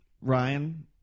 Ryan